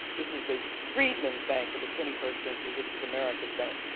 this is the freedman's bank of the twenty first century. this is america's bank.